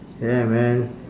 yeah man